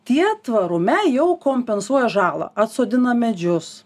tie tvarume jau kompensuoja žalą atsodina medžius